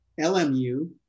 LMU